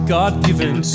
God-given